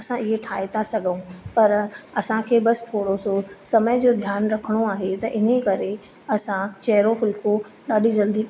असां हीअ ठाहे था सघूं पर असांखे बसि थोरो सो समय जो ध्यानु रखिणो आहे त हीअं करे असां चहरो फुलको ॾाढी जल्दी